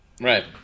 Right